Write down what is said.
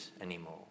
anymore